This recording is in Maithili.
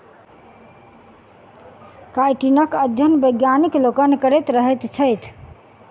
काइटीनक अध्ययन वैज्ञानिक लोकनि करैत रहैत छथि